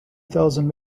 thousand